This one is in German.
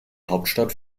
hauptstadt